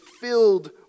filled